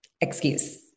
excuse